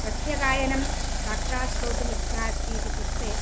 कस्य गायनं साक्षात् श्रोतुम् इच्छा अस्ति इति पृष्टे